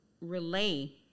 relay